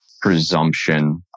presumption